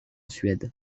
suède